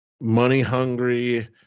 money-hungry